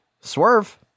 swerve